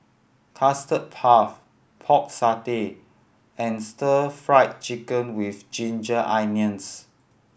Custard Puff Pork Satay and Stir Fried Chicken With Ginger Onions